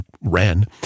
ran